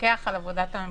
לפקח על עבודת הממשלה.